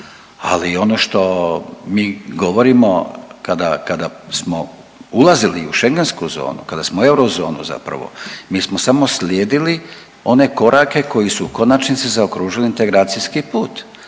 Ali ono što mi govorimo kada smo ulazili u Schengensku zonu, kada smo u eurozonu zapravo mi smo samo slijedili one korake koji su u konačnici zaokružili integracijski put.